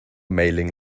mailing